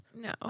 No